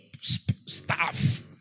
staff